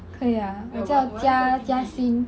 可以 ah 我叫 jia~ jia xin